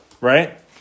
Right